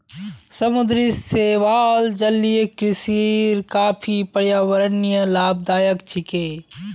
समुद्री शैवाल जलीय कृषिर काफी पर्यावरणीय लाभदायक छिके